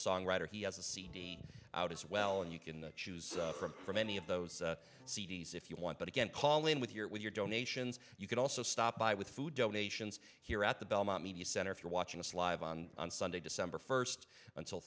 songwriter he has a cd out as well and you can choose from any of those c d s if you want but again call in with your with your donations you can also stop by with food donations here at the belmont media center if you're watching us live on on sunday december first until